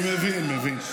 אני מבין, מבין.